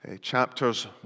chapters